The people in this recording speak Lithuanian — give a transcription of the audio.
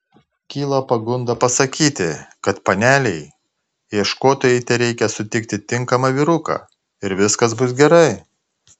kyla pagunda pasakyti kad panelei ieškotojai tereikia sutikti tinkamą vyruką ir viskas bus gerai